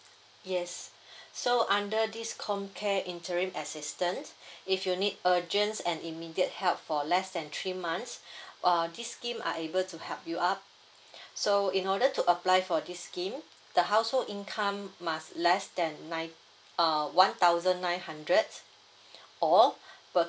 yes so under this comcare interim assistance if you need urgent and immediate help for less than three months err this scheme are able to help you out so in order to apply for this scheme the household income must less than nine uh one thousand nine hundred or per